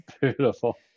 Beautiful